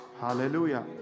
Hallelujah